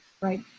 right